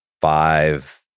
five